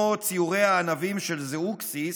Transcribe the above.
כמו ציורי הענבים זאוקסיס,